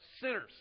sinners